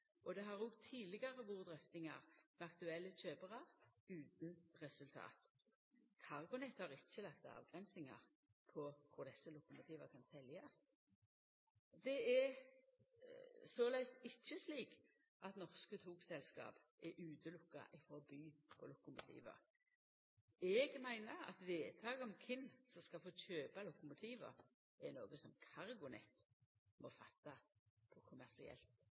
og det har òg tidlegare vore drøftingar med aktuelle kjøparar, utan resultat. CargoNet har ikkje lagt avgrensingar på kvar desse lokomotiva kan seljast. Det er såleis ikkje slik at norske togselskap ikkje kan by på lokomotiva. Eg meiner at vedtak om kven som skal få kjøpa lokomotiva, er noko som CargoNet må fatta på kommersielt